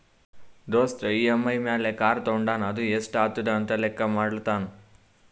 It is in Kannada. ದೋಸ್ತ್ ಇ.ಎಮ್.ಐ ಮ್ಯಾಲ್ ಕಾರ್ ತೊಂಡಾನ ಅದು ಎಸ್ಟ್ ಆತುದ ಅಂತ್ ಲೆಕ್ಕಾ ಮಾಡ್ಲತಾನ್